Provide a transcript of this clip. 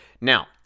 Now